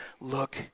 look